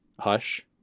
Hush